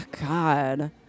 God